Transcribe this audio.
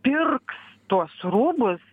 pirks tuos rūbus